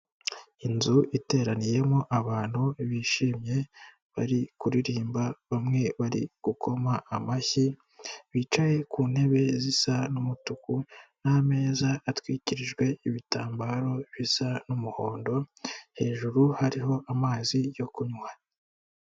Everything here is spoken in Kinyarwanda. Inzu iteraniyemo abantu bishimye bari kuririmba, bamwe bari gukoma amashyi, bicaye ku ntebe zisa n'umutuku n'ameza atwikirijwe ibitambaro bisa n'umuhondo, hejuru hariho amazi yo kunywa.